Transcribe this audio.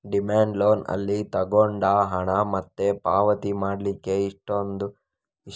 demand loan ಅಲ್ಲಿ ತಗೊಂಡ ಹಣ ಮತ್ತೆ ಪಾವತಿ ಮಾಡ್ಲಿಕ್ಕೆ ಇಷ್ಟು ಅಂತ ಟೈಮ್ ಇಲ್ಲ